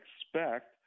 expect